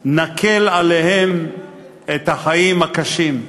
נקל עליהם את החיים הקשים.